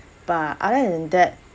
but other than that